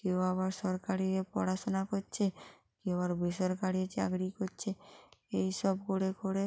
কেউ আবার সরকারি ইয়ে পড়াশোনা করছে কেউ আবার বেসরকারি চাকরি করছে এই সব করে করে